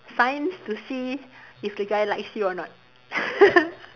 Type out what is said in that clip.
signs to see if the guy likes you or not